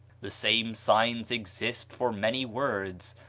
the same signs exist for many words,